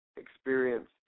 experience